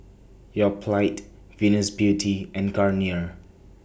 Yoplait Venus Beauty and Garnier